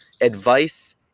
advice